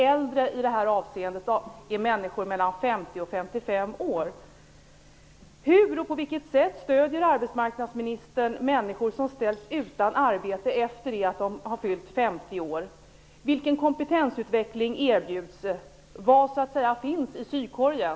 Med äldre menas i det här avseendet människor mellan 50 och 55 år. 50 år? Vilken kompetensutveckling erbjuds? Vad finns, så att säga, i sykorgen?